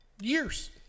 Years